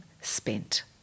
spent